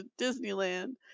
Disneyland